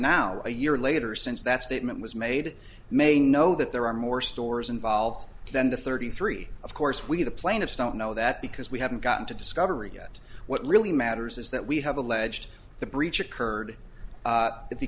now a year later since that statement was made may know that there are more stores involved than the thirty three of course we the plaintiffs don't know that because we haven't gotten to discovery yet what really matters is that we have alleged the breach occurred